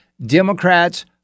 Democrats